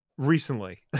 recently